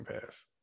Pass